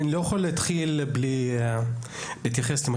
אני לא יכול להתחיל בלי להתייחס למה